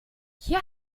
hier